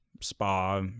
spa